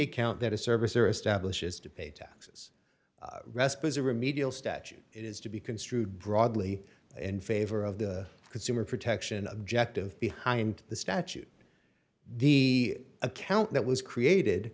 account that a service or establish is to pay taxes rest because of remediate statute it is to be construed broadly in favor of the consumer protection objective behind the statute the account that was created